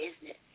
business